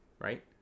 right